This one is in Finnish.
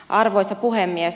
arvoisa puhemies